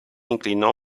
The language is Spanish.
inclinó